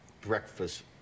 breakfast